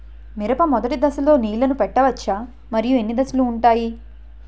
మిరప మొదటి దశలో నీళ్ళని పెట్టవచ్చా? మరియు ఎన్ని దశలు ఉంటాయి?